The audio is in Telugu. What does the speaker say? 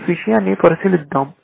ఈ విషయాన్ని పరిశీలిద్దాం